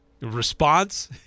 response